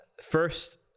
First